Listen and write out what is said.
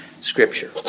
Scripture